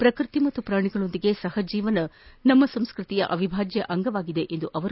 ಪ್ರಕೃತಿ ಮತ್ತು ಪ್ರಾಣಿಗಳೊಂದಿಗೆ ಸಹ ಜೀವನ ನಮ್ಮ ಸಂಸ್ಕತಿಯ ಅವಿಭಾಜ್ಜ ಅಂಗವಾಗಿದೆ ಎಂದರು